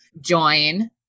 join